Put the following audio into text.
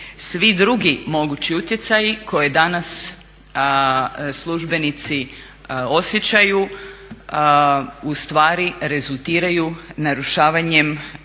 Svi drugi mogući utjecaji koje danas službenici osjećaju u stvari rezultiraju narušavanjem